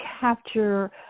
capture